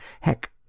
Heck